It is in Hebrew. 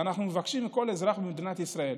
ואנחנו מבקשים מכל אזרח במדינת ישראל.